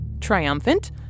triumphant